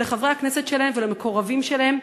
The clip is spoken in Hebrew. לחברי הכנסת שלהם ולמקורבים שלהם,